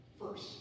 First